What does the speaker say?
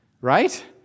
Right